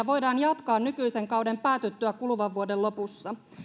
voidaan jatkaa nykyisen kauden päätyttyä kuluvan vuoden lopussa